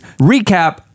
recap